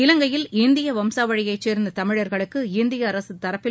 இவங்கையில் இந்திய வம்சாவழியைச் சேர்ந்த தமிழர்களுக்கு இந்திய அரசு சார்பில்